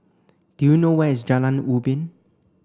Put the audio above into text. do you know where is Jalan Ubin